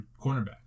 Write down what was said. cornerback